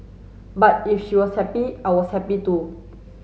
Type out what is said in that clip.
but if she was happy I was happy too